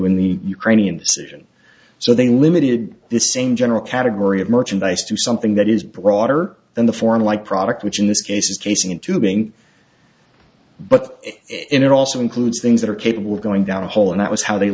in the ukrainian citizen so they limited this same general category of merchandise to something that is broader than the foreign like product which in this case is casing and tubing but it also includes things that are capable of going down a hole and that was how they